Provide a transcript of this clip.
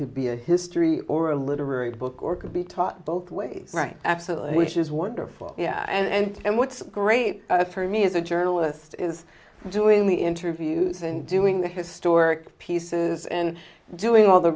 could be a history or a literary book or could be taught both ways right absolutely which is wonderful and what's great for me as a journalist is doing the interviews and doing the historic pieces and doing all the